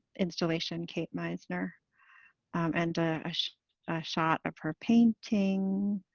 installations, kate meisner and a shot of her painting.